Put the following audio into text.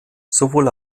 sowohl